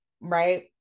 right